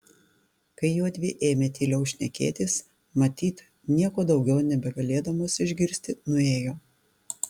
kai juodvi ėmė tyliau šnekėtis matyt nieko daugiau nebegalėdamos išgirsti nuėjo